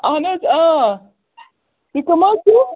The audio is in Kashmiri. اَہَن حظ تُہۍ کٕم حَظ چھِو